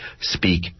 speak